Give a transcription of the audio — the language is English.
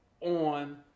on